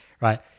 right